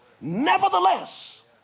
Nevertheless